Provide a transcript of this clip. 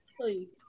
please